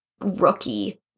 rookie